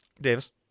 Davis